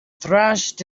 thrashed